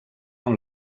amb